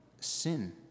sin